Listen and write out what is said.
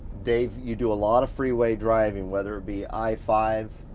dave, you do a lot of freeway driving whether it be i five,